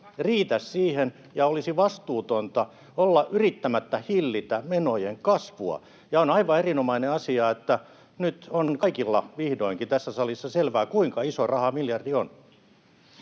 riitä siihen, ja olisi vastuutonta olla yrittämättä hillitä menojen kasvua. On aivan erinomainen asia, että nyt on kaikille vihdoinkin tässä salissa selvää, kuinka iso raha miljardi on.